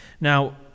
now